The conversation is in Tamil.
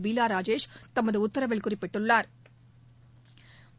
பீவா ராஜேஷ் தமது உத்தரவில் குறிப்பிட்டுள்ளாா்